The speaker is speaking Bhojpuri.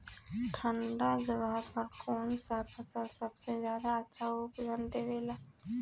ठंढा जगह पर कौन सा फसल सबसे ज्यादा अच्छा उपज देवेला?